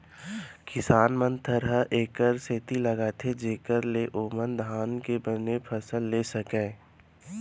किसान मन थरहा एकर सेती लगाथें जेकर ले ओमन धान के बने फसल लेय सकयँ